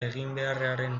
eginbeharraren